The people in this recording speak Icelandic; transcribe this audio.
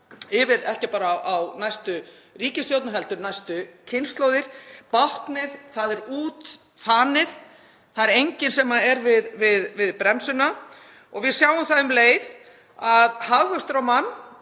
yfir ekki bara á næstu ríkisstjórn heldur næstu kynslóðir. Báknið er útþanið. Það er enginn sem er við bremsuna. Við sjáum það um leið að hagvöxtur á mann